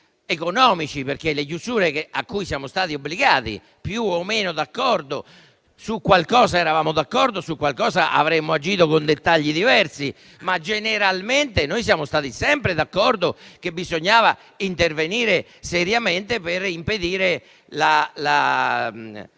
economici per le chiusure, a cui siamo stati obbligati più o meno d'accordo. Su qualcosa eravamo d'accordo, mentre su qualcosa avremmo agito con dettagli diversi, ma generalmente noi siamo stati sempre d'accordo che bisognava intervenire seriamente per impedire la